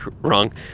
wrong